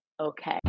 okay